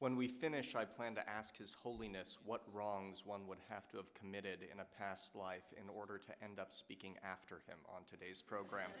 when we finish i plan to ask his holiness what wrongs one would have to have committed in a past life in order to end up speaking after him on today's program